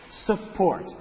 support